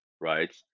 right